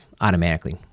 automatically